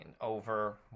over